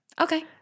Okay